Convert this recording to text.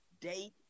date